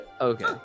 Okay